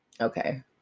Okay